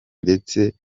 ndetse